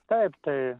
taip tai